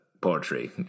poetry